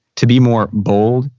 to be more bold,